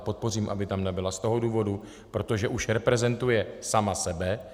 Podpořím, aby tam nebyla z toho důvodu, že už reprezentuje sama sebe.